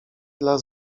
dla